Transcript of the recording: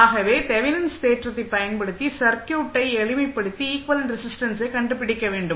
ஆகவே தெவெனின்ஸ் தேற்றத்தைப் பயன்படுத்தி சர்க்யூட்டை எளிமைபடுத்தி ஈக்வலெண்ட் ரெஸிஸ்டன்ஸை கண்டுபிடிக்க வேண்டும்